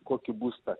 kokį būstą